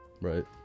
right